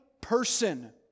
person